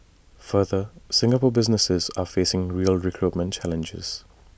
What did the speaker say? further Singaporean businesses are facing real recruitment challenges